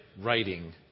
writing